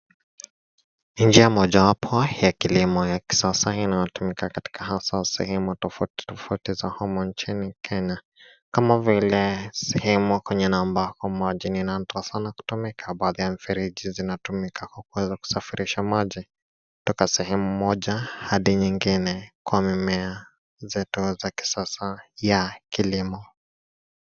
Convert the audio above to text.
Ni njia mojawapo ya kilimo ya kisasa inayotumika katika hasaa sehemu tofauti tofauti za humu nchini Kenya. Kama vile sehemu kwengine ambako maji ni nadra sana kutumika. Baadhi ya mifereji zinatumika kwa kuweza kusafirisha maji kutoka sehemu moja hadi nyingine kwa mimea zetu za kisasa ya kilimo.